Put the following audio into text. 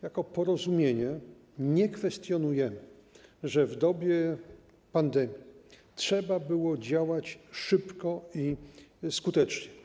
Jako Porozumienie nie kwestionujemy, że w dobie pandemii trzeba było działać szybko i skutecznie.